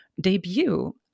debut